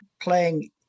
playing